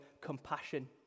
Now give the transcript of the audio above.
compassion